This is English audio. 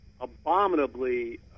abominably